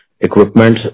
equipment